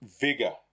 vigor